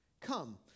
Come